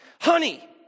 honey